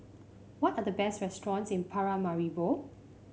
what are the best restaurants in Paramaribo